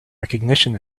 recognition